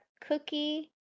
Cookie